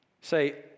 Say